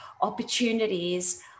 opportunities